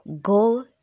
Go